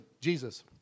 Jesus